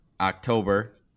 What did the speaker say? October